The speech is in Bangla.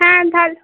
হ্যাঁ